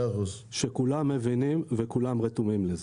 רק חשוב לי להגיד שכולם מבינים וכולם רתומים לזה.